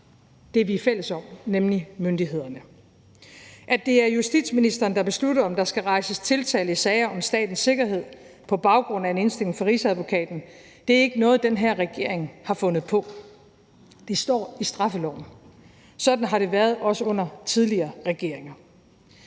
det, vi er fælles om, nemlig myndighederne. At det er justitsministeren, der beslutter, om der skal rejses tiltale i sager om statens sikkerhed på baggrund af en indstilling fra Rigsadvokaten, er ikke noget, den her regering har fundet på. Det står i straffeloven. Sådan har det været, også under tidligere regeringer.